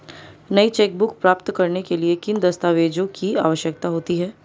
नई चेकबुक प्राप्त करने के लिए किन दस्तावेज़ों की आवश्यकता होती है?